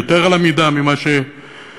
יתר על המידה ממה שציפינו,